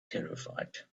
terrified